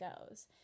goes